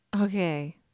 Okay